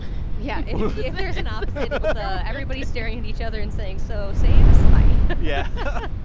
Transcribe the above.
yeah if there's an opposite, it's the but everybody's staring at each other and saying, so sames bye yeah.